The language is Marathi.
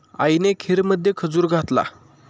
आईने खीरमध्ये खजूर घातला